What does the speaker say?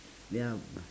yup